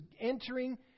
entering